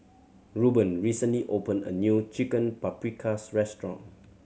Ruben recently opened a new Chicken Paprikas Restaurant